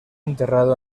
enterrado